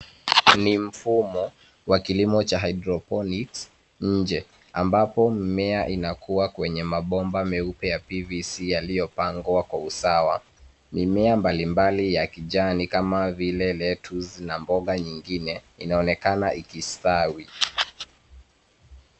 Ni mfumo wa kilimo cha hydroponics nje ambapo mimea inakua kwenye mabomba meupe ya PVC yaliyopangwa kwa usawa. Mimea mbalimbali ya kijani kama vile lettuce na mboga nyingine inaonekana ikistawi.